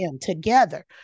together